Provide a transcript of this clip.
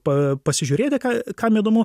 pa pasižiūrėti ką kam įdomu